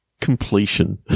Completion